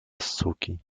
suki